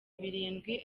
birindwi